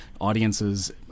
audiences